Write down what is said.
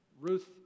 Ruth